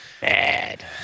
bad